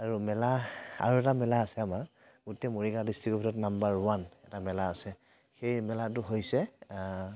আৰু মেলা আৰু এটা মেলা আছে আমাৰ গোটেই মৰিগাঁও ডিষ্ট্ৰিক্টৰ ভিতৰত নাম্বাৰ ওৱান এটা মেলা আছে সেই মেলাটো হৈছে